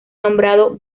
nombrado